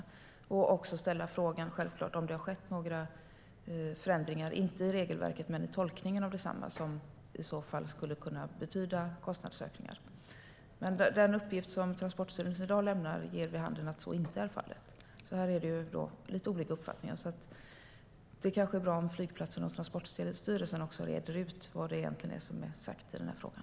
Jag kommer också självklart att ställa frågan om det har skett några förändringar, inte i regelverket men i tolkningen av detsamma, vilka i så fall skulle kunna betyda kostnadsökningar. Den uppgift Transportstyrelsen lämnat ger vid handen att så inte är fallet. Här finns det alltså lite olika uppfattningar. Det kanske är bra om flygplatserna och Transportstyrelsen reder ut vad som egentligen är sagt i den här frågan.